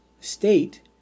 state